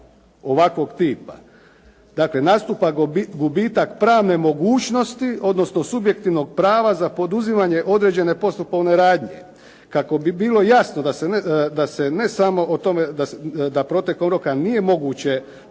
ovakvog tipa. Dakle, nastupa gubitak pravne mogućnosti odnosno subjektivnog prava za poduzimanje određene postupovne radnje kako bi bilo jasno da protekom roka nije moguće